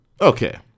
Okay